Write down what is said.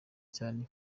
cyane